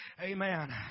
Amen